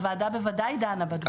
הוועדה בוודאי דנה דברים.